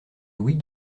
louis